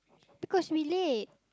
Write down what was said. because we late